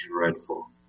dreadful